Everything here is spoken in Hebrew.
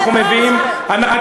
אנחנו מביאים, רק עושה טרנספר.